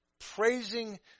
Praising